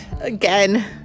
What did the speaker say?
again